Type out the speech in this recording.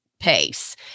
Pace